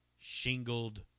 shingled